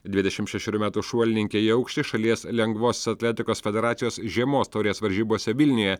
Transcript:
dvidešimt šešerių metų šuolininkė į aukštį šalies lengvosios atletikos federacijos žiemos taurės varžybose vilniuje